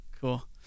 Cool